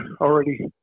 already